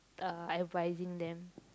uh advising them